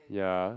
yeah